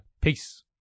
Peace